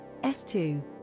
s2